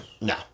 No